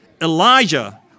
Elijah